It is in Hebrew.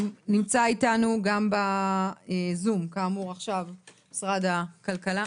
נמצאת איתנו כאן גם ממשרד הכלכלה